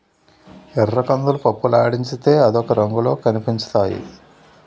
ఎర్రకందులు పప్పులాడించితే అదొక రంగులో కనిపించుతాయి